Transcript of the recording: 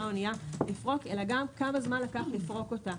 האוניה לפרוק אלא גם כמה זמן לקח לפרוק אותה.